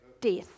death